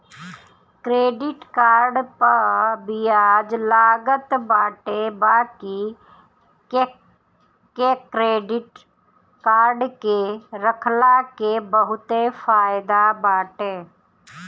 credit card पअ बियाज लागत बाटे बाकी क्क्रेडिट कार्ड के रखला के बहुते फायदा बाटे